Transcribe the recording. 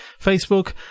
facebook